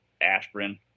aspirin